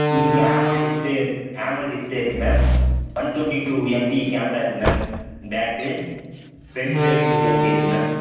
உங்களுக்கு ஆமல் டிஸ்ப்ளேவும் இருக்கு ஆமல் டிஸ்பிளே இருக்கு ma'am one twenty two MP camera இருக்கு மேம் பேக்கு ஃபரெண்ட்டு தேட்டி டூ எம்பி இருக்கு மேம்